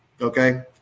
okay